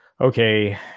okay